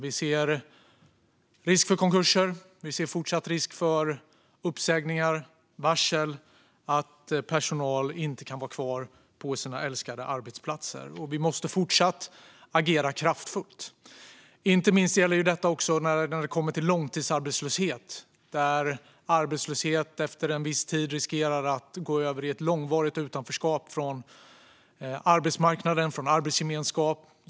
Vi ser risk för konkurser, och vi ser fortsatt risk för uppsägningar och varsel så att personal inte kan vara kvar på sina älskade arbetsplatser. Vi måste fortsatt agera kraftfullt. Inte minst gäller detta också när det kommer till långtidsarbetslöshet, där arbetslöshet efter en viss tid riskerar att gå över i ett långvarigt utanförskap från arbetsmarknaden och arbetsgemenskapen.